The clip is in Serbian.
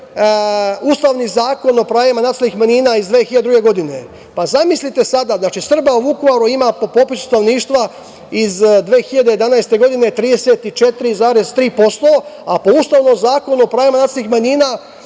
ustavni Zakon o pravima nacionalnih manjina iz 2002. godine. Zamislite sada, znači, Srba u Vukovaru ima po popisu stanovništva iz 2011. godine 34,3% a po ustavnom Zakonu o pravima nacionalnih manjina